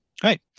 Great